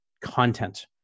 content